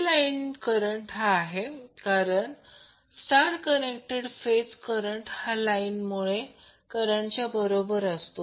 Ip line current आहे कारण star connected phase current हा लाईन करंटच्या बरोबर असतो